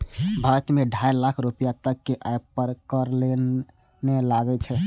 भारत मे ढाइ लाख रुपैया तक के आय पर कर नै लागै छै